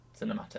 cinematic